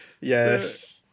yes